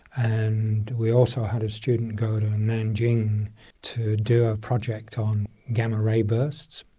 and we also had a student go to nanjing to do project on gamma ray bursts.